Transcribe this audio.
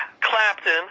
Clapton